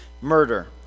murder